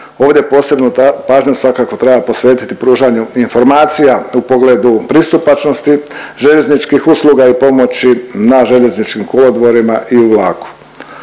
Ovdje posebnu pažnju svakako treba posvetiti pružanju informacija u pogledu pristupačnosti željezničkih usluga i pomoći na željezničkim kolodvorima i u vlaku.